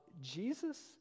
Jesus